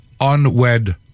unwed